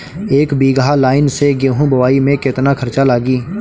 एक बीगहा लाईन से गेहूं बोआई में केतना खर्चा लागी?